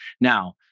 Now